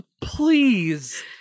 please